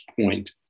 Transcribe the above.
point